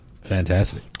Fantastic